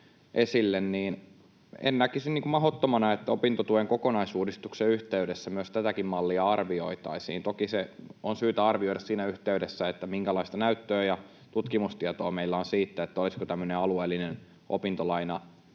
en näkisi mahdottomana, että opintotuen kokonaisuudistuksen yhteydessä myös tätäkin mallia arvioitaisiin. Toki on syytä arvioida siinä yhteydessä, minkälaista näyttöä ja tutkimustietoa meillä on siitä, olisiko tämmöinen alueellinen opintolainahyvitys